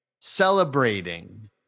celebrating